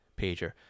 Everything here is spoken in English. pager